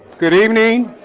good evening.